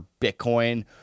Bitcoin